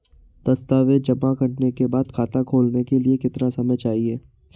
दस्तावेज़ जमा करने के बाद खाता खोलने के लिए कितना समय चाहिए?